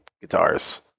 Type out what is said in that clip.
guitars